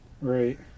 right